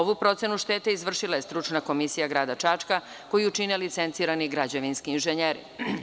Ovu procenu štete izvršila je stručna komisija Grada Čačka koju čine licencirani građevinski inženjeri.